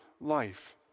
life